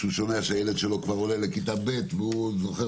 כשהוא שומע שהילד שלו כבר עולה לכיתה והוא זוכר